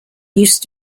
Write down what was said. used